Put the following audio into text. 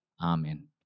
Amen